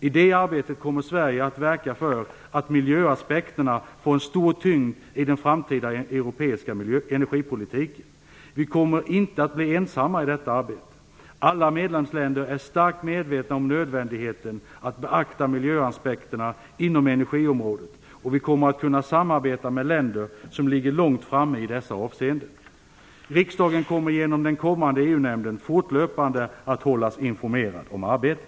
I det arbetet kommer Sverige att verka för att miljöaspekterna får en stor tyngd i den framtida europeiska energipolitiken. Vi kommer inte att bli ensamma i detta arbete. Alla medlemsländer är starkt medvetna om nödvändigheten att beakta miljöaspekterna inom energiområdet, och vi kommer att kunna samarbeta med länder som ligger långt framme i dessa avseenden. Riksdagen kommer genom den kommande EU-nämnden fortlöpande att hållas informerad om arbetet.